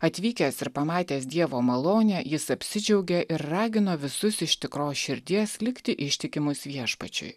atvykęs ir pamatęs dievo malonę jis apsidžiaugė ir ragino visus iš tikros širdies likti ištikimus viešpačiui